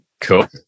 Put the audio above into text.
Cool